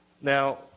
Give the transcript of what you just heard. Now